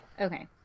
Okay